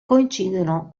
coincidono